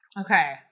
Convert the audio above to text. Okay